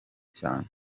cyane